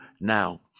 now